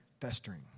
festering